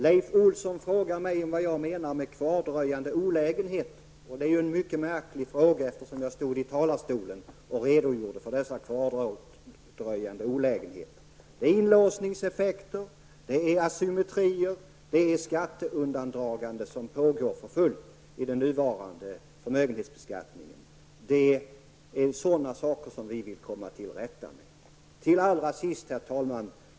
Leif Olsson frågade mig vad jag menade med kvardröjande olägenheter. Det är en mycket märklig fråga, eftersom jag redan från denna talarstol har redogjort för dessa olägenheter. Det är inlåsningseffekter, asymetrier och skatteundandragande som pågår för fullt inom ramen för den nuvarande förmögenhetsbeskattningen. Det är sådana saker som vi vill komma till rätta med. Herr talman!